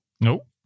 Nope